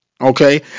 Okay